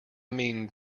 mean